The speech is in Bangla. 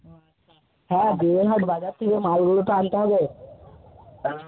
ও হ্যাঁ বিবেঘাট বাজার থেকে মালগুলো তো আনতে হবে